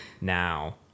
now